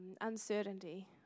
uncertainty